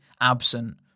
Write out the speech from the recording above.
absent